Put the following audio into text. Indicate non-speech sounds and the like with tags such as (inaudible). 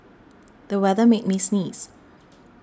the weather made me sneeze (noise)